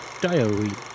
diary